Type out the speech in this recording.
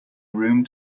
room